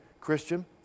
Christian